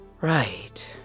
Right